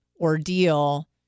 ordeal